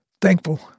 thankful